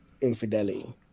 infidelity